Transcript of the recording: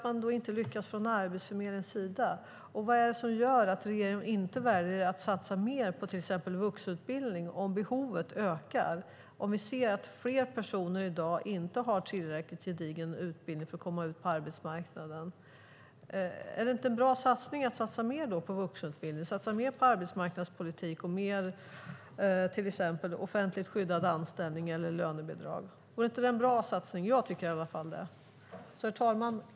Varför lyckas inte Arbetsförmedlingen? Vad är det som gör att regeringen inte väljer att satsa mer på till exempel vuxenutbildningen om behovet ökar och vi ser att fler personer i dag inte har tillräckligt gedigen utbildning för att komma ut på arbetsmarknaden? Vore det inte bra att satsa mer på vuxenutbildning, arbetsmarknadspolitik och offentligt skyddad anställning och lönebidrag? Jag tycker att det vore en bra satsning. Herr talman!